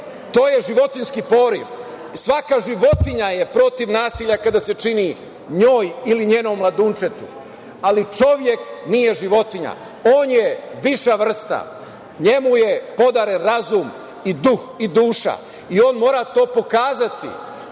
to je životinjski poriv. Svaka životinja je protiv nasilja kada se čini njoj ili njenom mladunčetu, ali, čovek nije životinja, on je viša vrsta, njemu je podaren razum i duh i duša, i on mora to pokazati